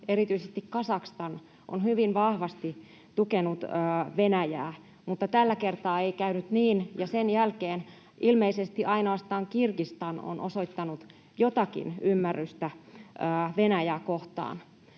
erityisesti Kazakstan, ovat hyvin vahvasti tukeneet Venäjää, mutta tällä kertaa ei käynyt niin, ja sen jälkeen ilmeisesti ainoastaan Kirgistan on osoittanut jotakin ymmärrystä Venäjää kohtaan.